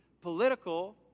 political